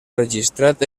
registrat